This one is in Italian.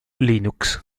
linux